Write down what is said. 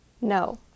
No